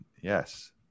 Yes